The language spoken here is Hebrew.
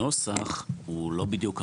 הנוסח הוא לא בדיוק,